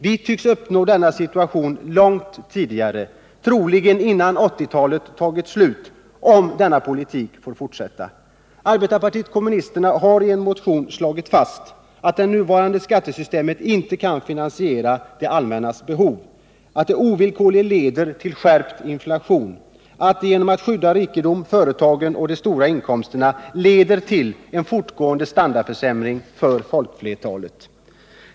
Vitycks uppnå denna situation långt tidigare, troligen före 1980-talets slut, om denna politik får fortsätta. Arbetarpartiet kommunisterna har i en motion slagit fast, att nuvarande skattesystem inte kan finansiera det allmännas behov, att det ovillkorligen leder till skärpt inflation och att det genom att skydda rikedomen, företagen och de stora inkomsterna leder till en fortgående standardsänkning för folkflertalet.